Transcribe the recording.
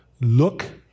look